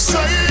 Say